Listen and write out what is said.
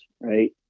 right